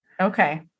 Okay